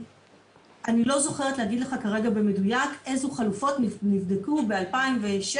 אני לא זוכרת להגיד לך כרגע במדויק איזה חלופות נבדקו ב-2016-2017,